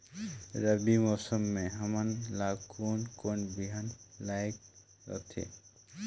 रबी मौसम मे हमन ला कोन कोन बिहान लगायेक रथे?